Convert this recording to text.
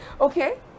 okay